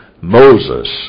Moses